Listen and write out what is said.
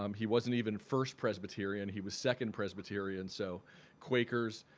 um he wasn't even first presbyterian. he was second presbyterian. so quakers,